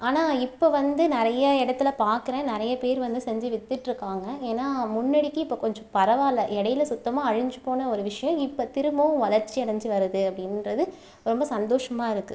ஆனால் இப்போ வந்து நிறையா இடத்துல பார்க்கறேன் நிறையா பேர் வந்து செஞ்சு விற்றுட்டுருக்காங்க ஏன்னால் முன்னாடிக்கி இப்போ கொஞ்சம் பரவாயில்லை இடைல சுத்தமாக அழிஞ்சு போன ஒரு விஷயம் இப்போ திரும்பவும் வளர்ச்சி அடைஞ்சு வருது அப்படின்றது ரொம்ப சந்தோஷமாக இருக்குது